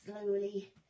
slowly